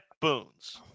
boone's